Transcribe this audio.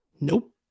Nope